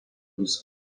jis